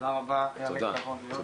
תודה רבה, היה לי כבוד להיות פה.